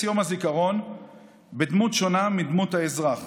יום הזיכרון בדמות שונה מדמות האזרח.